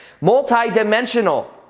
multi-dimensional